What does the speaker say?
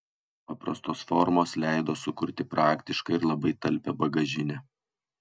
paprastos formos leido sukurti praktišką ir labai talpią bagažinę